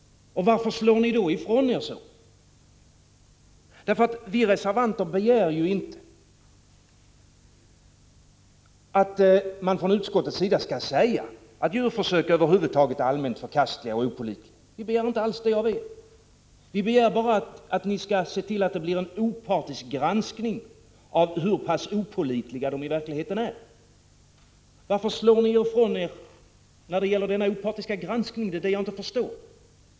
Varför slår ni då ifrån er så? Vi reservanter begär ju inte att man från utskottets sida skall säga att djurförsök över huvud taget är förkastliga och opålitliga. Vi begär inte alls det av er. Vi begär bara att ni skall se till att det blir en opartisk granskning av hur pass opålitliga de i verkligheten är. Varför ni slår ifrån er när det gäller denna opartiska granskning, det förstår jag inte.